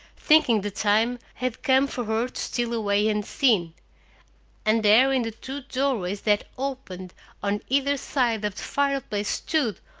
thinking the time had come for her to steal away unseen and there in the two doorways that opened on either side of the fireplace stood,